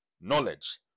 knowledge